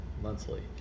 monthly